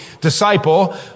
disciple